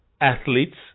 athletes